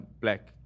Black